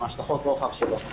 עם השלכות הרוחב שלו,